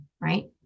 right